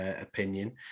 opinion